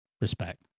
Respect